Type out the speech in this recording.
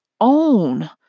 own